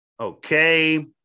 Okay